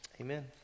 Amen